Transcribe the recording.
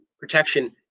protection